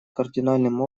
кардинальным